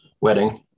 wedding